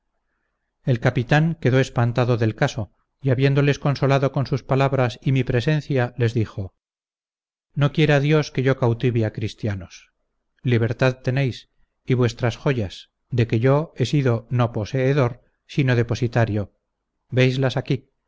el capitán quedó espantado del caso y habiéndoles consolado con sus palabras y mi presencia les dijo no quiera dios que yo cautive a cristianos libertad tenéis y vuestras joyas de que yo he sido no poseedor sino depositario veislas aquí